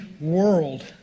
world